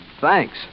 Thanks